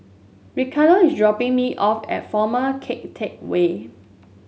Ricardo is dropping me off at Former Keng Teck Whay